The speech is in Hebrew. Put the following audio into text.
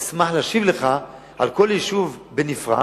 אשמח להשיב לך על כל יישוב בנפרד